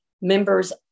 members